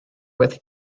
with